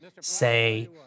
say